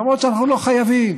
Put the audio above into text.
למרות שאנחנו לא חייבים.